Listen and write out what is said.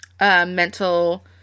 Mental